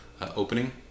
opening